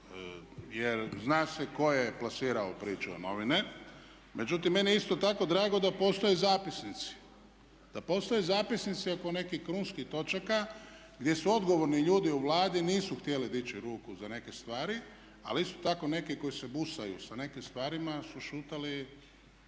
jer zna se tko je plasirao priču u novine. Međutim, meni je isto tako drago da postoje zapisnici, da postoje zapisnici oko nekih krunskih točaka gdje odgovorni ljudi u Vladi nisu htjeli dići ruku za neke stvari ali isto tako neki koji se busaju sa nekim stvarima su šutali,